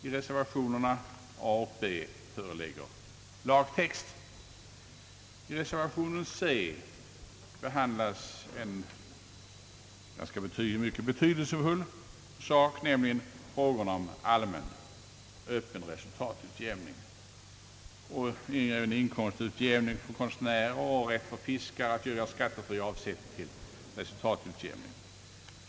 I reservationen C behandlas en mycket betydelsefull sak, nämligen frågorna om allmän öppen resultatutjämning och inkomstutjämning för konstnärer och rätt för fiskare att göra skattefri avsättning till resultatutjämning.